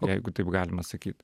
jeigu taip galima sakyt